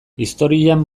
historian